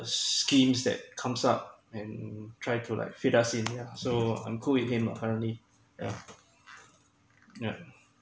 schemes that comes up and try to like fit us in yeah so I'm cool with him apparently yeah yeah